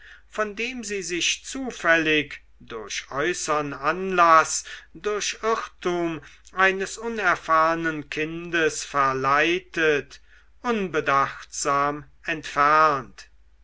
von dem sie sich zufällig durch äußern anlaß durch irrtum eines unerfahrnen kindes verleitet unbedachtsam entfernt